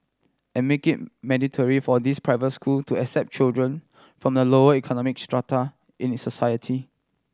and make it mandatory for these private school to accept children from the lower economic strata in society